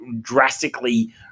drastically